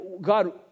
God